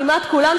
כמעט כולן,